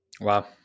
Wow